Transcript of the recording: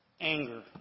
Anger